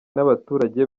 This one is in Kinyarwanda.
n’abaturage